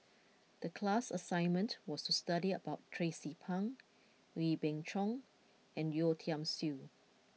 the class assignment was to study about Tracie Pang Wee Beng Chong and Yeo Tiam Siew